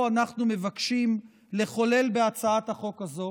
אנחנו מבקשים לחולל בהצעת החוק הזו